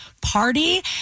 party